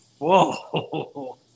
Whoa